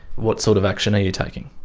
what sort of action are you taking?